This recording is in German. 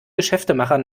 geschäftemacher